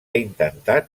intentat